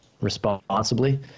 responsibly